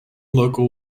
local